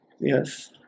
Yes